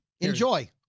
enjoy